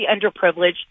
underprivileged